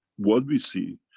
what we see,